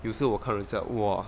有时候我看人家哇